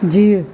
जीउ